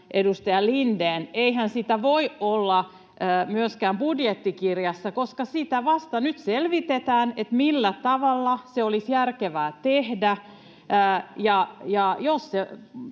edustaja Lindén, sitä ei voi olla myöskään budjettikirjassa, koska vasta nyt selvitetään sitä, millä tavalla se olisi järkevää tehdä.